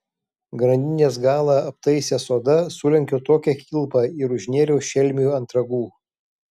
grandinės galą aptaisęs oda sulenkiau tokią kilpą ir užnėriau šelmiui ant ragų